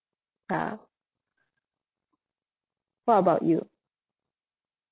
ya what about you